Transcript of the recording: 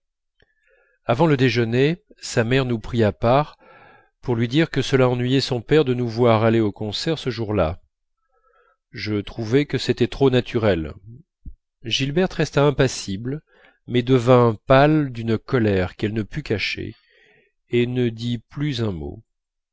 avant le déjeuner sa mère nous prit à part pour lui dire que cela ennuyait son père de nous voir aller au concert ce jour-là je trouvai que c'était trop naturel gilberte resta impassible mais devint pâle d'une colère qu'elle ne put cacher et ne dit plus un mot